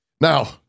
Now